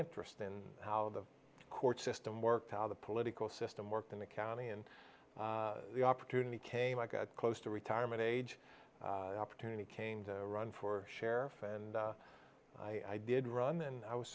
interest in how the court system worked how the political system worked in the county and the opportunity came i got close to retirement age opportunity came to run for sheriff and i did run and i was